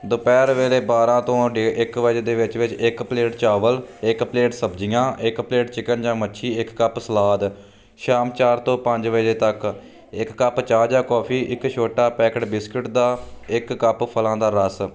ਦੁਪਹਿਰ ਵੇਲੇ ਬਾਰਾਂ ਤੋਂ ਡੇਢ ਇੱਕ ਵਜੇ ਦੇ ਵਿੱਚ ਵਿੱਚ ਇੱਕ ਪਲੇਟ ਚਾਵਲ ਇਕ ਪਲੇਟ ਸਬਜ਼ੀਆਂ ਇੱਕ ਪਲੇਟ ਚਿਕਨ ਜਾਂ ਮੱਛੀ ਇੱਕ ਕੱਪ ਸਲਾਦ ਸ਼ਾਮ ਚਾਰ ਤੋਂ ਪੰਜ ਵਜੇ ਤੱਕ ਇੱਕ ਕੱਪ ਚਾਹ ਜਾਂ ਕਾਫੀ ਇੱਕ ਛੋਟਾ ਪੈਕਟ ਬਿਸਕਿਟ ਦਾ ਇੱਕ ਕੱਪ ਫਲਾਂ ਦਾ ਰਸ